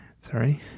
Sorry